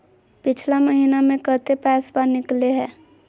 पिछला महिना मे कते पैसबा निकले हैं?